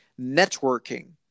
networking